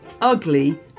ugly